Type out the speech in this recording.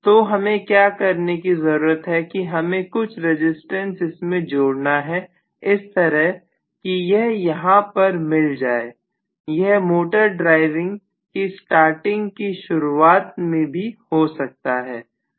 तो हमें क्या करने की जरूरत है कि हमें कुछ रजिस्टेंस इसमें जोड़ना है इस तरह कि यह यहां पर मिल जाए यह मोटर ड्राइविंग की स्टार्टिंग की शुरुआत में भी हो सकता है